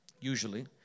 usually